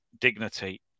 dignity